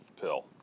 pill